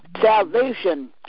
Salvation